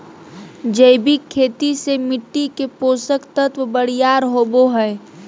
जैविक खेती से मिट्टी के पोषक तत्व बरियार होवो हय